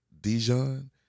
Dijon